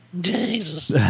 Jesus